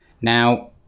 Now